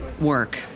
work